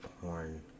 porn